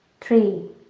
three